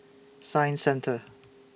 Science Centre